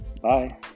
Bye